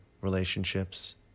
relationships